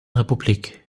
republik